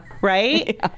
right